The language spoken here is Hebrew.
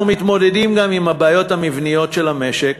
אנחנו מתמודדים גם עם הבעיות המבניות של המשק,